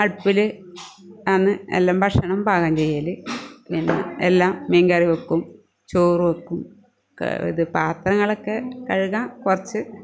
അടുപ്പിൽ ആണ് എല്ലാം ഭക്ഷണം പാകം ചെയ്യൽ പിന്നെ എല്ലാം മീൻ കറി വയ്ക്കും ചോറ് വയ്ക്കും ഇത് പാത്രങ്ങളക്കെ കഴുകാൻ കുറച്ച്